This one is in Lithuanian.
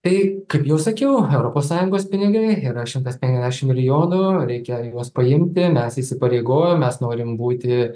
tai kaip jau sakiau europos sąjungos pinigai yra šimtas penkiasdešimt milijonų reikia juos paimti mes įsipareigojom mes norim būti